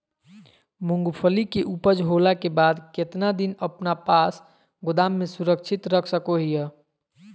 मूंगफली के ऊपज होला के बाद कितना दिन अपना पास गोदाम में सुरक्षित रख सको हीयय?